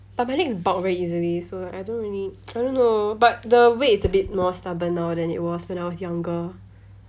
but my legs bulk very easily so I don't really I don't know but the weight is a bit more stubborn now than it was when I was younger